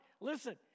listen